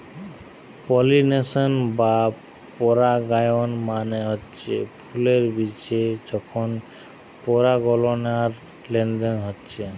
pollination বা পরাগায়ন মানে হচ্ছে ফুলের বিচে যখন পরাগলেনার লেনদেন হচ্ছে